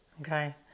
Okay